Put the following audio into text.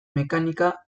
mekanika